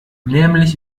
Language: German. nämlich